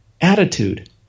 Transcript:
attitude